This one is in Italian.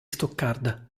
stoccarda